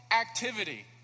activity